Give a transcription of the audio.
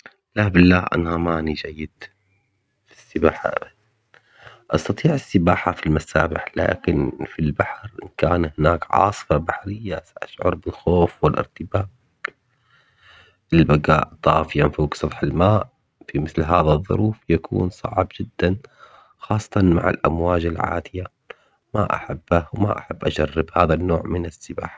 لا بالله أنا ماني جيد في السباحة أبد أستطيع السباحة في المسابح لكن في البحر إن كان هناك عاصفة بحرية سأشعر بالخوف والارتباك، البقاء طافياً فوق سطح الماء في مثل هذا الظروف يكون صعب جداً جداً خاصةً مع الأمواج العاتية ما أحبه وما أحب أجرب هذا النوع من السباحة.